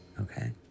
okay